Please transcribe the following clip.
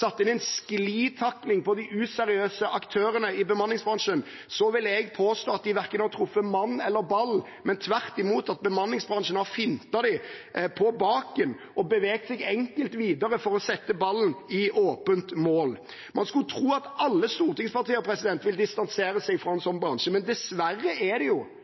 satte inn en sklitakling på de useriøse aktørene i bemanningsbransjen, vil jeg påstå at de verken har truffet mann eller ball, men tvert imot at bemanningsbransjen har fintet dem på baken og beveget seg enkelt videre for å sette ballen i åpent mål. Man skulle tro at alle stortingspartier ville distansere seg fra en slik bransje, men dessverre er det